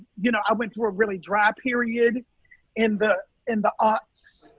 you know, i went through a really dry period in the in the aughts,